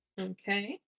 Okay